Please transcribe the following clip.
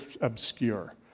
obscure